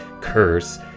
curse